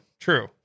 true